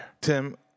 Tim